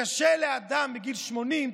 קשה לאדם בגיל 80,